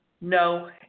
no